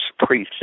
preset